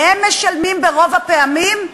והם משלמים, ברוב הפעמים,